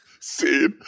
See